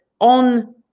on